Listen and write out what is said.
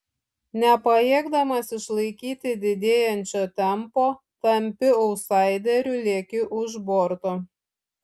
nepajėgdamas išlaikyti didėjančio tempo tampi autsaideriu lieki už borto